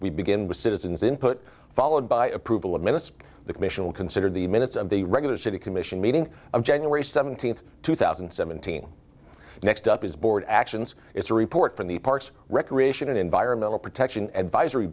we begin with citizens input followed by approval of minutes the commission will consider the minutes of the regular city commission meeting of january seventeenth two thousand and seventeen next up is a board actions it's a report from the parks recreation and environmental protection advisory